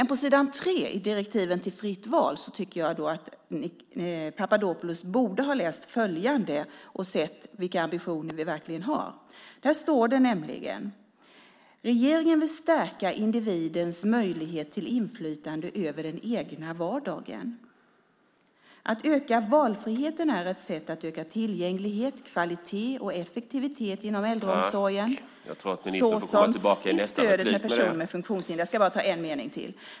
På s. 3 i direktiven till fritt val tycker jag att Papadopoulos borde ha läst följande och sett vilka ambitioner vi verkligen har. Där står det nämligen: Regeringen vill stärka individens möjlighet till inflytande över den egna vardagen. Att öka valfriheten är ett sätt att öka tillgänglighet, kvalitet och effektivitet inom äldreomsorgen såsom i stödet för personer med funktionshinder.